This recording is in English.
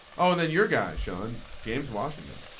oh and then your guy sean james washington.